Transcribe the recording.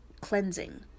cleansing